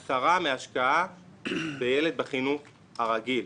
10 מההשקעה בילד בחינוך רגיל.